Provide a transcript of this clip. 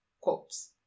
quotes